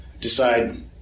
decide